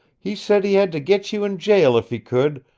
he said he had to get you in jail if he could,